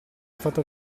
stato